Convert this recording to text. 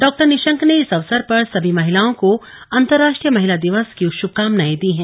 डॉ निशंक ने इस अवसर पर सभी महिलाओं को अंतर्राश्ट्रीय महिला दिवस की श्रभकामनाएं दी हैं